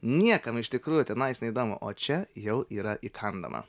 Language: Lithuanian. niekam iš tikrųjų tenais neįdomu o čia jau yra įkandama